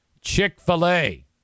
Chick-fil-A